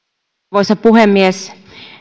arvoisa puhemies